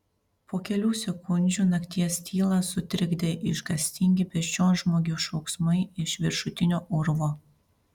po kelių sekundžių nakties tylą sutrikdė išgąstingi beždžionžmogių šauksmai iš viršutinio urvo